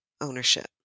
ownership